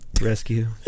rescue